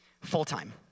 full-time